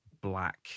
black